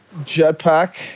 Jetpack